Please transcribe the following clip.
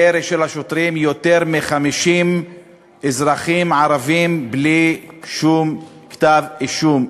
מירי שוטרים יותר מ-50 אזרחים ערבים בלי שום כתב-אישום.